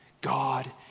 God